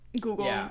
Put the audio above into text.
Google